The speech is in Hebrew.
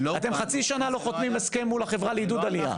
אתם חצי שנה לא חותמים הסכם מול החברה לעידוד עלייה.